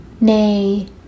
nay